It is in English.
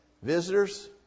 Visitors